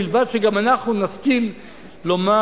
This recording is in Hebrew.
ובלבד שגם אנחנו נסכים לומר: